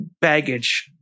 baggage